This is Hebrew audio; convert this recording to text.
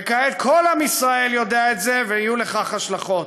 וכעת כל עם ישראל יודע את זה, ויהיו לכך השלכות.